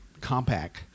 compact